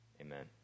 Amen